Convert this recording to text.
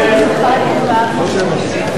ההסתייגות של חבר הכנסת רוברט טיבייב לסעיף 41,